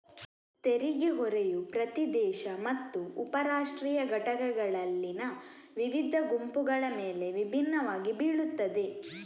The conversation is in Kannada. ತೆರಿಗೆ ಹೊರೆಯು ಪ್ರತಿ ದೇಶ ಮತ್ತು ಉಪ ರಾಷ್ಟ್ರೀಯ ಘಟಕಗಳಲ್ಲಿನ ವಿವಿಧ ಗುಂಪುಗಳ ಮೇಲೆ ವಿಭಿನ್ನವಾಗಿ ಬೀಳುತ್ತದೆ